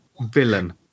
villain